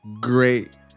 great